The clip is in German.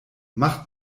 macht